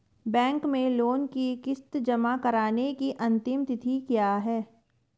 Bank में loan की किश्त जमा कराने की अंतिम तिथि क्या है?